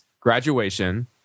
graduation